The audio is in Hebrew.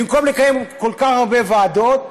במקום לקיים כל כך הרבה ועדות,